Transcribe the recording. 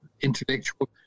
intellectual